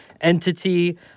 entity